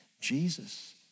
Jesus